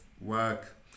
work